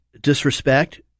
disrespect